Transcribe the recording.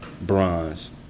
bronze